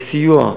וסיוע,